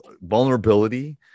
vulnerability